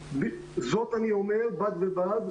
זאת אני אומר בד בבד,